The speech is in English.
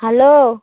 hello